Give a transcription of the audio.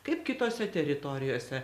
kaip kitose teritorijose